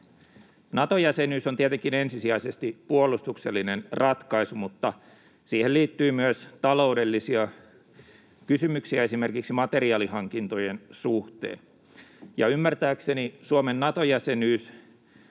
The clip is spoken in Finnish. Nato-jäsenyys on tietenkin ensisijaisesti puolustuksellinen ratkaisu, mutta siihen liittyy myös taloudellisia kysymyksiä, esimerkiksi materiaalihankintojen suhteen. Ymmärtääkseni Suomen Nato-jäsenyys